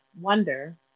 wonder